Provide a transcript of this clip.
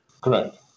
Correct